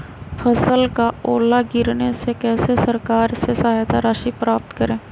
फसल का ओला गिरने से कैसे सरकार से सहायता राशि प्राप्त करें?